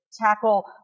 tackle